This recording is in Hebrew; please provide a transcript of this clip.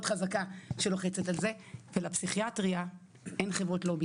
חזקה שלוחצת על זה ולפסיכיאטריה אין חברות לובי.